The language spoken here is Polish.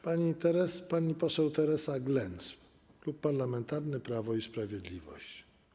Pani poseł Teresa Glenc, Klub Parlamentarny Prawo i Sprawiedliwość.